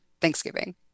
thanksgiving